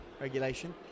Regulation